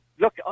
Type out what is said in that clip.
look